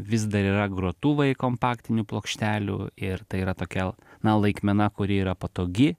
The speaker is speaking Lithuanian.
vis dar yra grotuvai kompaktinių plokštelių ir tai yra tokia na laikmena kuri yra patogi